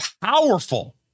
powerful